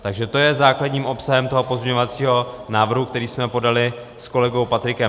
Takže to je základním obsahem toho pozměňovacího návrhu, který jsme podali s kolegou Patrikem Nacherem.